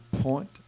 point